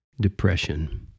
depression